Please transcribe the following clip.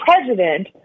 president